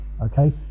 okay